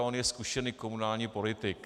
On je zkušený komunální politik.